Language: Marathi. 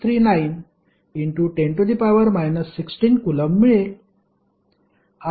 63910 16 कुलम्ब मिळेल